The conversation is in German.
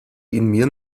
ihn